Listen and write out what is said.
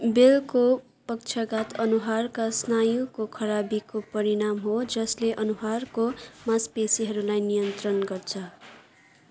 बेलको पक्षाघात अनुहारका स्नायुको खराबीको परिणाम हो जसले अनुहारको मांसपेसीहरूलाई नियन्त्रण गर्छ